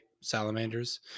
salamanders